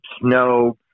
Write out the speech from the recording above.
snow